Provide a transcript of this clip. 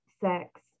sex